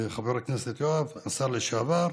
חבר הכנסת יואב, השר לשעבר,